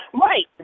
right